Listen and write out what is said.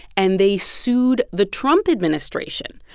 and they sued the trump administration.